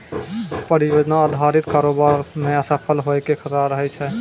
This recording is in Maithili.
परियोजना अधारित कारोबार मे असफल होय के खतरा रहै छै